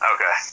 Okay